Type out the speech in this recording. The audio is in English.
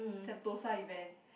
Sentosa event